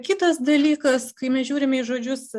kitas dalykas kai mes žiūrime į žodžius